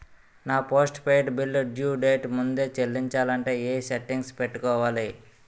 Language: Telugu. నా postpaid bill due date ముందే చెల్లించాలంటే ఎ సెట్టింగ్స్ పెట్టుకోవాలి?